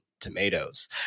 tomatoes